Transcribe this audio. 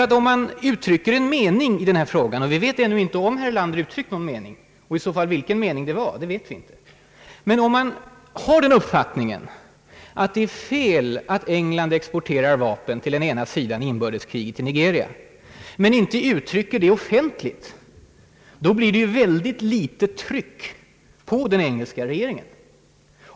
Ty om man uttrycker en mening i den frågan — och vi vet ännu inte om herr Erlander uttryckt någon mening och i så fall vilken mening det var — och om man har den uppfattningen att det är fel att England exporterar vapen till den ena sidan i inbördeskriget i Nigeria men inte uttrycker det offentligt, så blir det ett ytterst svagt tryck på den engelska regeringen.